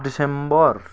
दिसम्बर